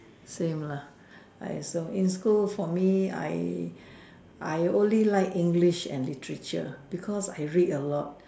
same lah I also in school for me I I only like English and literature because I read a lot